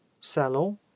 Salon